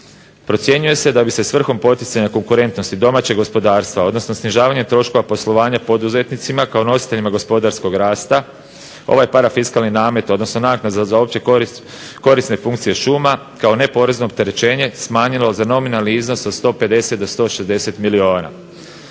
Procjenjuje se da bi se svrhom poticanja konkurentnosti domaćeg gospodarstva, odnosno snižavanje troškova poslovanja poduzetnicima kao nositeljima gospodarskog rasta ovaj parafiskalni namet, odnosno naknada za opće korisne funkcije šuma kao neporezno opterećenje smanjilo za nominalni iznos od 150 do 160 milijuna.